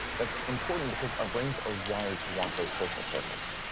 that's important because our brains are wired to want those social circles.